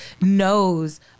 knows